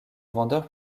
vendeur